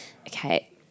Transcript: Okay